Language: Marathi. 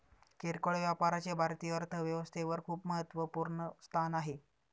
किरकोळ व्यापाराचे भारतीय अर्थव्यवस्थेत खूप महत्वपूर्ण स्थान आहे